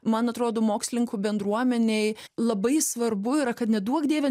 man atrodo mokslininkų bendruomenei labai svarbu yra kad neduok dieve